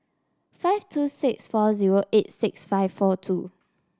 five two six four zero eight six five four two